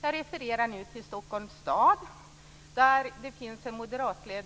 Jag refererar nu till Stockholms stad, där det finns en moderatledd